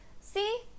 see